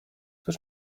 któż